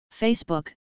Facebook